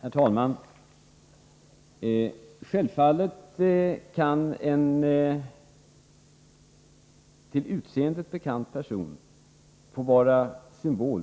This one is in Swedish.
Herr talman! Självfallet kan en till utseendet bekant person få vara symbol